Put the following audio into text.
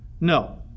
No